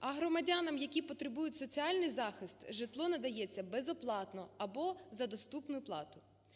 а громадянам, які потребують соціальний захист, житло надається безоплатно або за доступну плату.